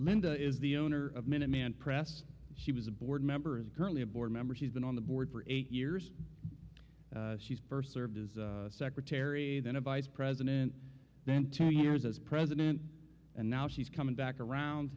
linda is the owner of minuteman press she was a board member is currently a board member she's been on the board for eight years she's first served as secretary then a vice president then ten years as president and now she's coming back around